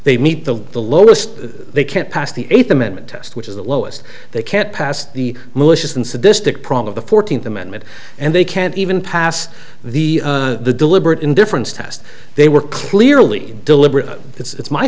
they meet the the lowest they can't pass the eighth amendment test which is the lowest they can't pass the malicious and sadistic problem of the fourteenth amendment and they can't even pass the deliberate indifference test they were clearly deliberate it's my